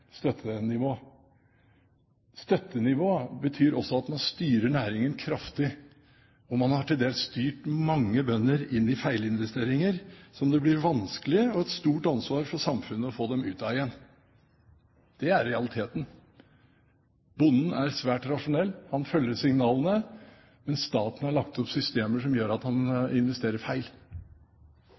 Støttenivå betyr også at man styrer næringen kraftig, og man har til dels styrt mange bønder inn i feilinvesteringer som det blir vanskelig – og et stort ansvar for samfunnet – å få dem ut av igjen. Det er realiteten. Bonden er svært rasjonell, han følger signalene, men staten har lagt opp til systemer som gjør at han investerer feil.